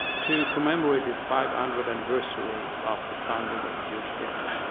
to commemorate the five hundred anniversary of the founding of the jewish ghetto.